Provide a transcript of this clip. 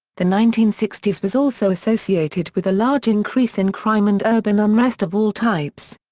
the nineteen sixty s was also associated with a large increase in crime and urban unrest of all types.